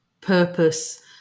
purpose